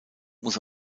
muss